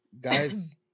guys